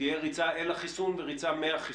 תהיה ריצה אל החיסון וריצה מהחיסון.